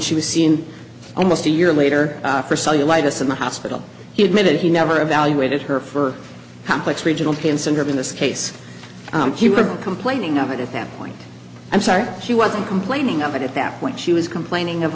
she was seen almost a year later for cellulitis in the hospital he admitted he never evaluated her for complex regional pain syndrome in this case he was complaining of it at that point i'm sorry she wasn't complaining of it at that point she was complaining of